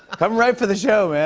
come write for the show,